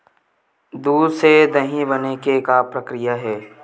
दूध से दही बने के का प्रक्रिया हे?